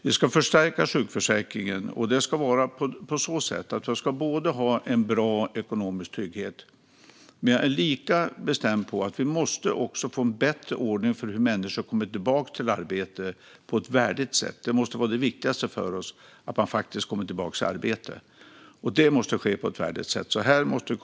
Vi ska förstärka sjukförsäkringen så att man får en ekonomisk trygghet. Men jag är lika bestämd med att vi också måste få en bättre ordning för hur människor kommer tillbaka i arbete på ett värdigt sätt. Det viktigaste för oss måste vara att människor faktiskt kommer tillbaka i arbete, men det måste ske på ett värdigt sätt.